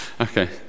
Okay